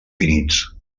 finits